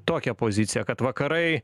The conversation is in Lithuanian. tokią poziciją kad vakarai